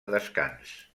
descans